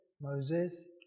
Moses